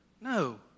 No